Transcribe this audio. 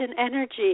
energy